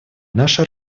наша